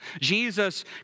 Jesus